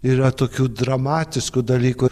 ir yra tokių dramatiškų dalykų